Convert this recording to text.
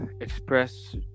express